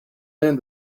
and